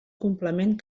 complement